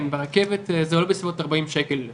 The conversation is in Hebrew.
כן, ברכבת זה עולה בסביבות 40 שקל ליום.